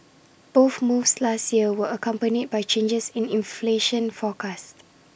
both moves last year were accompanied by changes in inflation forecast